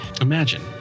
imagine